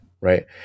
right